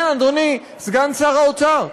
כן, אדוני סגן שר האוצר.